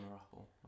Apple